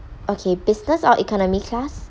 okay business or economy class